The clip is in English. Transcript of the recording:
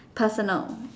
personal